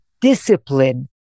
discipline